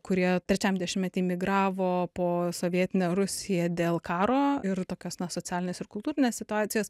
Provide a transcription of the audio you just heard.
kurie trečiam dešimtmety migravo po sovietinę rusiją dėl karo ir tokios na socialinės ir kultūrinės situacijos